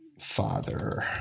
Father